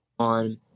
on